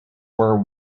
were